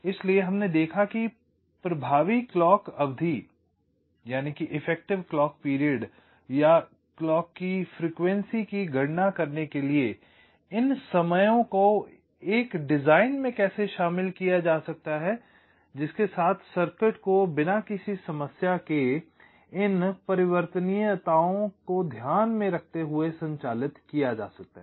इसलिए हमने देखा कि प्रभावी क्लॉक अवधि या क्लॉक की आवृत्ति की गणना करने के लिए इन समयों को एक डिज़ाइन में कैसे शामिल किया जा सकता है जिसके साथ सर्किट को बिना किसी समस्या के इन परिवर्तनीयताओं को ध्यान में रखते हुए संचालित किया जा सकता है